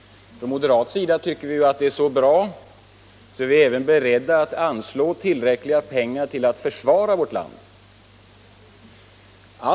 På moderat håll anser vi att det är så bra att vi också är beredda att anslå tillräckliga medel för att försvara vårt land.